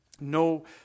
No